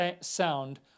sound